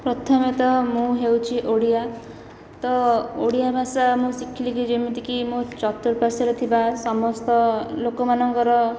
ପ୍ରଥମତଃ ମୁଁ ହେଉଛି ଓଡ଼ିଆ ତ ଓଡ଼ିଆ ଭାଷା ମୁଁ ଶିଖିଲି କି ଯେମିତିକି ମୋ ଚତୁର୍ପାଶ୍ୱରେ ଥିବା ସମସ୍ତ ଲୋକମାନଙ୍କର